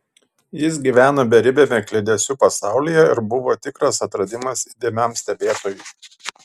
jis gyveno beribiame kliedesių pasaulyje ir buvo tikras atradimas įdėmiam stebėtojui